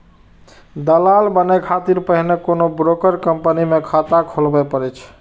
दलाल बनै खातिर पहिने कोनो ब्रोकर कंपनी मे खाता खोलबय पड़ै छै